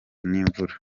n’imvura